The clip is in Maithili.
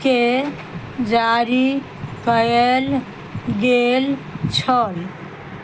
के जारी कयल गेल छल